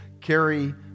carry